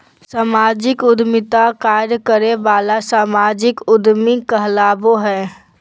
सामाजिक उद्यमिता कार्य करे वाला सामाजिक उद्यमी कहलाबो हइ